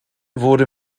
wurde